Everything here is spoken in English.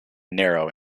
narrow